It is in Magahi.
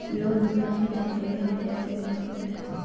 लोन भुगतान की जानकारी हम कैसे हो सकते हैं?